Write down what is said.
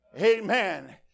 Amen